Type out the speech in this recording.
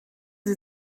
sie